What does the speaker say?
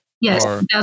Yes